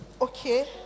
okay